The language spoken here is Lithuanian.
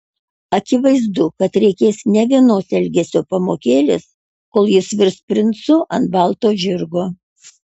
akivaizdu kad reikės ne vienos elgesio pamokėlės kol jis virs princu ant balo žirgo